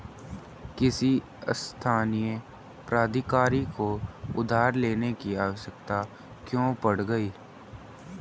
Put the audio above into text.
किसी स्थानीय प्राधिकारी को उधार लेने की आवश्यकता क्यों पड़ गई?